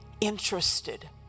interested